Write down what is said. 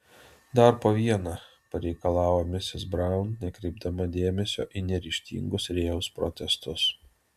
dar po vieną pareikalavo misis braun nekreipdama dėmesio į neryžtingus rėjaus protestus